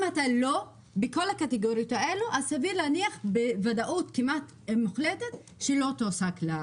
אם אתה לא עונה לכל הקטגוריות האלה אז כמעט בוודאות לא יעסיקו אותך.